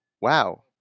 wow